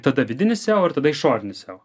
tada vidinis seo ir tada išorinis seo